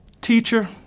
Teacher